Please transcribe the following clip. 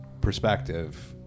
perspective